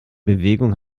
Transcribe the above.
bewegung